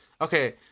Okay